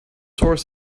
horse